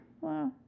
wow